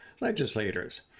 legislators